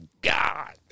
God